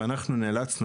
ואנחנו נאלצנו,